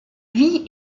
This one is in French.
vit